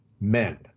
men